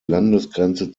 landesgrenze